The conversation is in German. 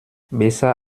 besser